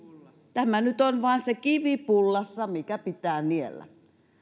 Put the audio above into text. tämä nyt on vain se kivi pullassa mikä pitää niellä